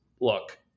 look